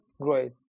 great